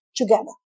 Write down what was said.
together